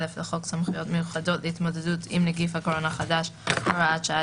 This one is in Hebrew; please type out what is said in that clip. לחוק סמכויות מיוחדות להתמודדות עם נגיף הקורונה החדש (הוראת שעה),